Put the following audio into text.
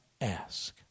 ask